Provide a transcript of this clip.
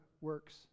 works